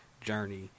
journey